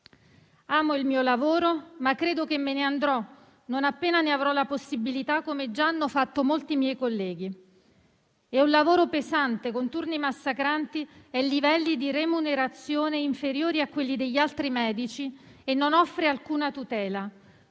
Amo il mio lavoro, ma credo che me ne andrò non appena ne avrò la possibilità, come già hanno fatto molti miei colleghi. È un lavoro pesante, con turni massacranti e livelli di remunerazione inferiori a quelli degli altri medici, che non offre alcuna tutela,